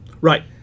Right